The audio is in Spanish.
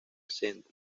centro